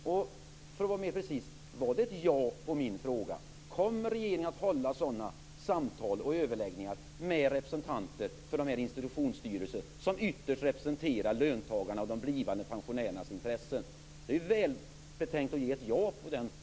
För att vara mer precis: Var det ett ja på min fråga? Kommer regeringen att hålla sådana samtal och överläggningar med representanter för de här institutionsstyrelserna som ytterst representerar löntagarnas och de blivande pensionärernas intressen? Det är ju välbetänkt att ge ett ja på den frågan.